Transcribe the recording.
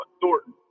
Thornton